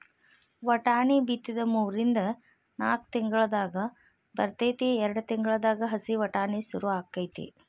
ವಟಾಣಿ ಬಿತ್ತಿದ ಮೂರಿಂದ ನಾಕ್ ತಿಂಗಳದಾಗ ಬರ್ತೈತಿ ಎರ್ಡ್ ತಿಂಗಳದಾಗ ಹಸಿ ವಟಾಣಿ ಸುರು ಅಕೈತಿ